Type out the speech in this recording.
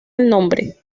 nombre